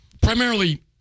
Primarily